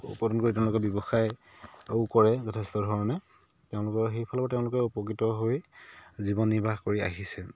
উৎপাদন কৰি তেওঁলোকে ব্যৱসায়ো কৰে যথেষ্ট ধৰণে তেওঁলোকৰ সেই ফালেও তেওঁলোকে উপকৃত হৈ জীৱন নিৰ্বাহ কৰি আহিছে